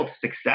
success